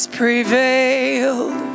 prevailed